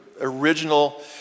original